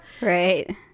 Right